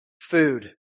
food